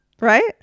right